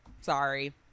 Sorry